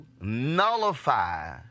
nullify